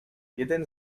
jeden